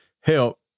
help